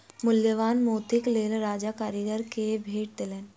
मूल्यवान मोतीक लेल राजा कारीगर के भेट देलैन